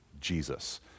Jesus